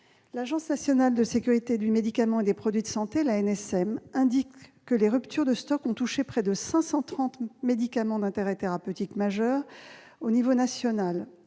L'Agence nationale de sécurité du médicament et des produits de santé, l'ANSM, indique que les ruptures de stock ont touché près de 530 médicaments d'intérêt thérapeutique majeur à l'échelon national